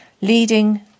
leading